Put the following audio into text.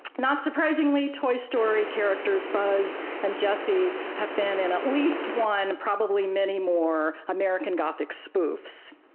not surprisingly, toy story characters buzz and jessie have been in at least one, and probably many more, american gothic spoofs.